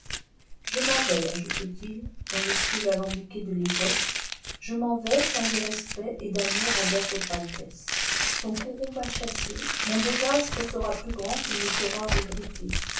je m'en vais ajoute t ii dans le style alambiqué de l'époque je m'en vais plein de respect et d'amour envers votre altesse son courroux m'a chassé mon désastre sera plus grand qu'il ne sera regretté